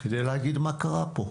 כדי להגיד מה קרה פה.